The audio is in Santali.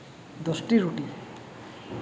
ᱫᱚᱥᱴᱤ ᱨᱩᱴᱤ